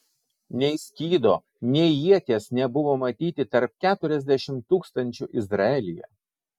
nei skydo nei ieties nebuvo matyti tarp keturiasdešimt tūkstančių izraelyje